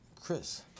Chris